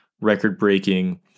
record-breaking